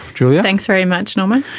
julia. thanks very much norman.